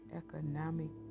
economic